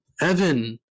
evan